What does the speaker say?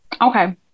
okay